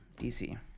DC